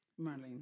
Marlene